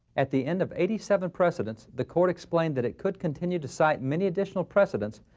at the end of eighty seven precedents, the court explained that it could continue to cite many additional precedents,